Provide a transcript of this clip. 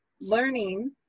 learning